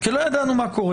כי לא ידענו מה קורה.